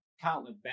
countless